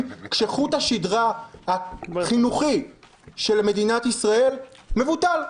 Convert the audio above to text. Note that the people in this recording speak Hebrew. כשחוט השדרה החינוכי של מדינת ישראל מבוטל?